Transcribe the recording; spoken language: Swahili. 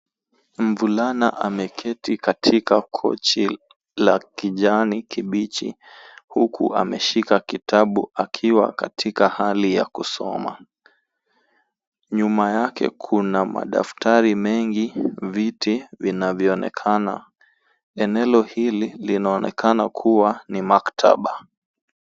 Mvulana ameketi katika kochi la kijani kibichi huku ameshika kitabu akiwa katika hali ya kusoma. Nyuma yake kuna madaftari mengi, viti vinavyoonekana. Eneo hili linaonekana kuwa ni maktaba.